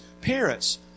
parents